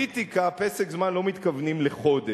בפוליטיקה, כשאומרים "פסק זמן" לא מתכוונים לחודש.